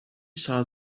saw